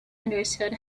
henderson